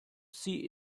see